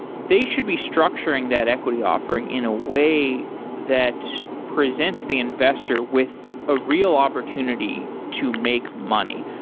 they should be structuring that equity offering in a way that presents the investor with a real opportunity to make money.